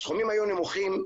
הסכומים היו נמוכים,